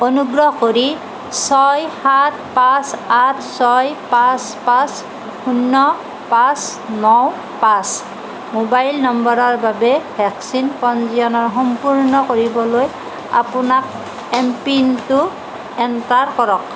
অনুগ্ৰহ কৰি ছয় সাত পাঁচ আঠ ছয় পাঁচ পাঁচ শূন্য পাঁচ ন পাঁচ মোবাইল নম্বৰৰ বাবে ভেকচিন পঞ্জীয়নৰ সম্পূৰ্ণ কৰিবলৈ আপোনাক এম পিনটো এণ্টাৰ কৰক